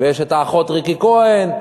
ויש האחות ריקי כהן,